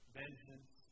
vengeance